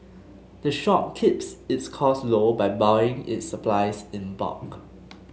the shop keeps its costs low by buying its supplies in bulk